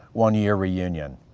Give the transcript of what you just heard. one year reunion.